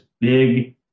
big